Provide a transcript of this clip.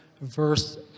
verse